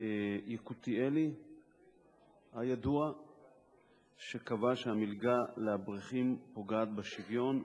יקותיאלי הידוע שקבע שהמלגה לאברכים פוגעת בשוויון,